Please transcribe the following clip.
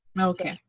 okay